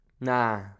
Nah